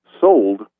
sold